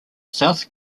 south